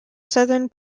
southern